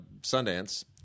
Sundance